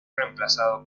reemplazado